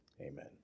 Amen